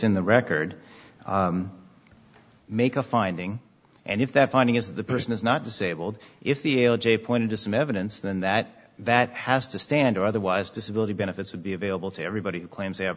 in the record make a finding and if that finding is the person is not disabled if the pointed to some evidence than that that has to stand or otherwise disability benefits would be available to everybody who claims they